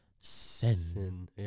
sin